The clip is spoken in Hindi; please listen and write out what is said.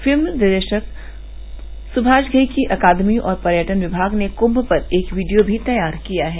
फिल्म निर्देशक सुभाष घई की अकादमी और पर्यटन विभाग ने कुंभ पर एक वीडियो भी तैयार किया है